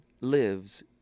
lives